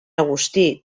agustí